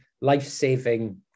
life-saving